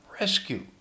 rescue